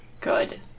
Good